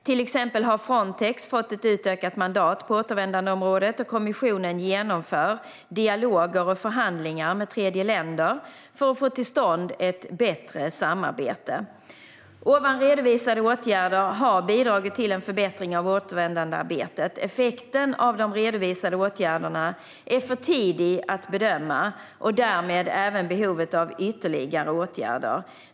Till exempel har Frontex fått ett utökat mandat på återvändandeområdet, och kommissionen genomför dialoger och förhandlingar med tredjeländer för att få till stånd ett bättre samarbete. De nu redovisade åtgärderna har bidragit till en förbättring av återvändandearbetet. Effekten av de redovisade åtgärderna är för tidig att bedöma och därmed även behovet av ytterligare åtgärder.